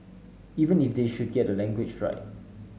even if they should get the language right